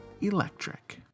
electric